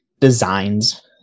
designs